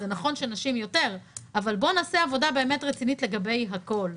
זה נכון שיש יותר נשים יותר אבל בואו נעשה עבודה באמת רצינית לגבי הכול.